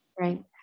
right